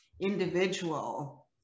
individual